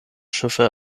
schiffe